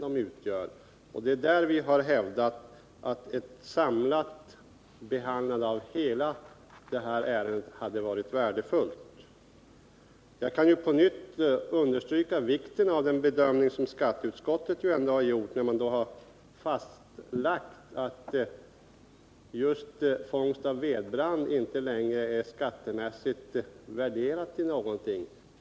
Det är där vi har hävdat att en samlad behandling av hela ärendet hade varit värdefull. Jag kan på nytt understryka vikten av den bedömning som skatteutskottet har gjort när man har fastlagt att just fång av vedbrand skattemässigt inte längre är värderat till någonting.